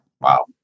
Wow